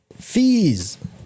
Fees